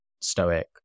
Stoic